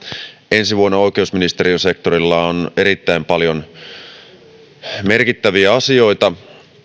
ensi vuonna oikeusministeriön sektorilla on erittäin paljon merkittäviä asioita